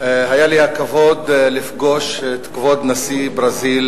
היה לי הכבוד לפגוש את כבוד נשיא ברזיל,